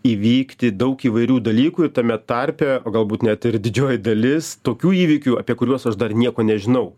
įvykti daug įvairių dalykų tame tarpe o galbūt net ir didžioji dalis tokių įvykių apie kuriuos aš dar nieko nežinau